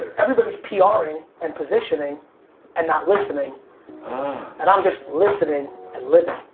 everybody's pyaari and positioning and not listening and i'm just listening and living.